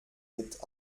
mit